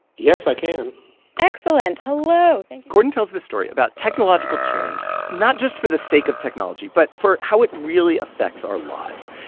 yes i can excellent. hello. gordon tells the story about technological change not just for the sake of technology, but for how it really affects our lives.